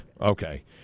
Okay